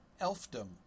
Elfdom